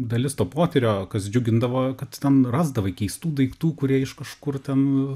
dalis to potyrio kas džiugindavo kad ten rasdavai keistų daiktų kurie iš kažkur ten